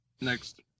next